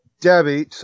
Debbie